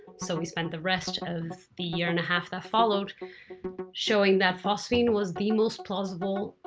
so, we spent the rest of the year and a half that followed showing that phosphine was the most plausible